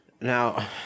Now